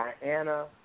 Diana